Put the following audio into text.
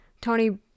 Tony